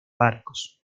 barcos